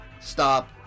stop